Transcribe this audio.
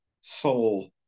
soul